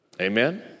Amen